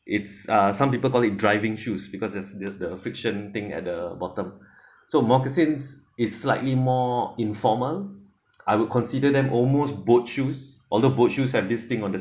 it's uh some people call it driving shoes because there's the the fiction thing at the bottom so moccasins is slightly more informal I would consider them almost boat shoes although boat shoes have this thing on the